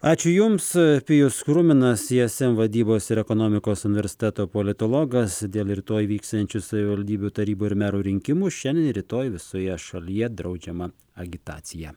ačiū jums pijus kruminas ism vadybos ir ekonomikos universiteto politologas dėl rytoj vyksiančių savivaldybių tarybų ir merų rinkimų šiandien ir rytoj visoje šalyje draudžiama agitacija